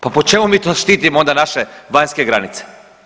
Pa po čemu mi to štitimo onda naše vanjske granice?